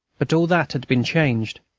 but all that has been changed.